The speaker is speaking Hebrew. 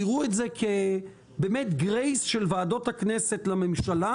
תראו את זה כגרייס של ועדות הכנסת לממשלה